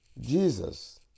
Jesus